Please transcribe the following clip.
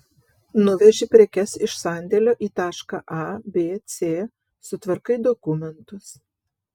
nuveži prekes iš sandėlio į tašką a b c sutvarkai dokumentus